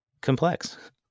complex